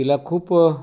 तिला खूप